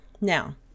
Now